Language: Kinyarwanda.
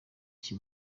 cyo